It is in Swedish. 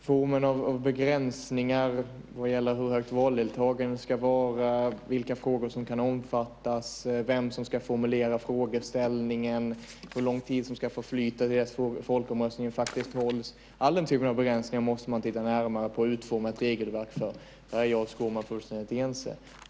Herr talman! Formen av begränsningar vad gäller hur högt valdeltagandet ska vara, vilka frågor som kan omfattas, vem som ska formulera frågeställningen, hur lång tid som ska förflyta till dess folkomröstningen hålls - den typen av begränsningar måste man titta närmare på och utforma ett regelverk för. Där är jag och Skårman fullständigt ense.